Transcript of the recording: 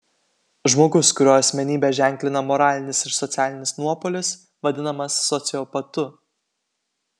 žmogus kurio asmenybę ženklina moralinis ir socialinis nuopolis vadinamas sociopatu